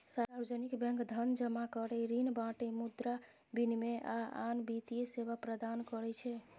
सार्वजनिक बैंक धन जमा करै, ऋण बांटय, मुद्रा विनिमय, आ आन वित्तीय सेवा प्रदान करै छै